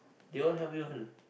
they all help you want